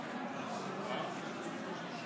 אנחנו ניגשים